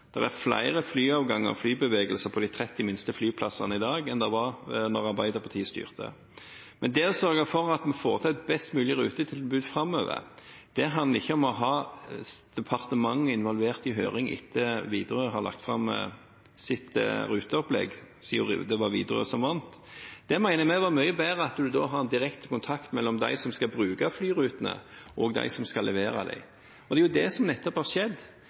er flere flyavganger og flybevegelser på de 30 minste flyplassene i dag enn det var da Arbeiderpartiet styrte. Men det å sørge for at vi får til et best mulig rutetilbud framover, handler ikke om at departementet skal være involvert i høring etter at Widerøe har lagt fram sitt ruteopplegg, siden det var Widerøe som vant. Vi mener det hadde vært mye bedre med direkte kontakt mellom dem som skal bruke flyrutene, og dem som skal levere disse. Det er jo nettopp det som har skjedd,